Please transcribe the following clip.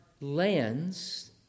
lands